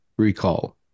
recall